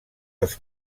dels